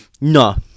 no